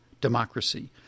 democracy